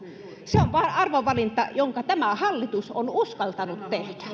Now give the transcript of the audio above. se on vain arvovalinta jonka tämä hallitus on uskaltanut